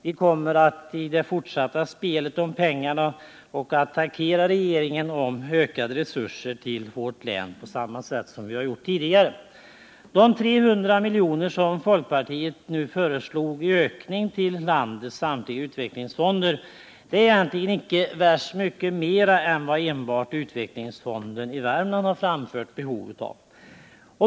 Vi kommer i det fortsatta spelet om pengarna att attackera regeringen om ökade resurser till vårt län på samma sätt som vi gjort tidigare. De 300 miljoner som folkpartiet föreslår i ökning till landets samtliga utvecklingsfonder är egentligen inte värst mycket mer än vad enbart utvecklingsfonden i Värmland framfört behov av.